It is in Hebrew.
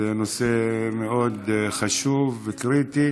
זה נושא מאוד חשוב וקריטי,